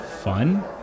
fun